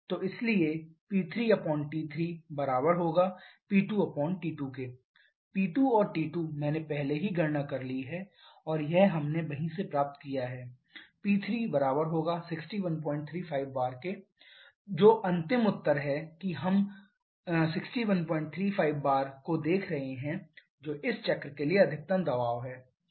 तो इसलिए P3T3P2T2 P2 और T2 मैंने पहले ही गणना कर ली है और यह हमने वहीं से प्राप्त किया है P3 6135 bar जो अंतिम उत्तर है कि हम 6135 bar को देखे रहे हैं जो इस चक्र के लिए अधिकतम दबाव है